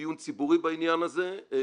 דיון ציבורי בעניין הזה --- התשובה היא לא.